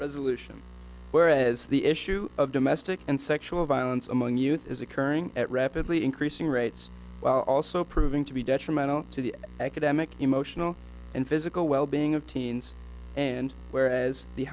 resolution where as the issue of domestic and sexual violence among youth is occurring at rapidly increasing rates are also proving to be detrimental to the academic emotional and physical wellbeing of teens and where as the